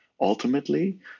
ultimately